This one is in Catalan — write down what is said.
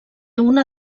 una